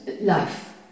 life